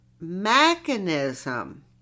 mechanism